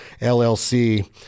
LLC